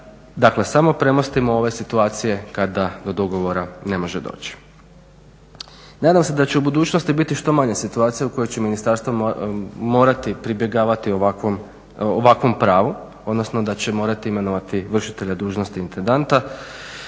dakle samo premostimo ove situacije kada do dogovora ne može doći. Nadam se da će u budućnosti biti što manje situacija u kojoj će ministarstvo morati pribjegavati ovakvom pravu, odnosno da će morati imenovati vršitelja dužnosti intendanta.